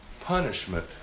punishment